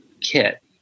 kit